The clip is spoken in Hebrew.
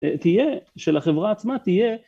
תהיה, של החברה עצמה. תהיה